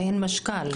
מעין משכ"ל.